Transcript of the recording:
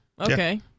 Okay